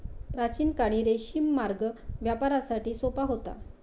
प्राचीन काळी रेशीम मार्ग व्यापारासाठी सोपा होता